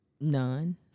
None